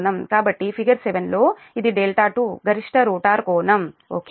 కాబట్టి ఫిగర్ 7 లో ఇది δ2 గరిష్ట రోటర్ కోణం ఓకే